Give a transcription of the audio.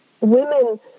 women